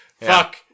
Fuck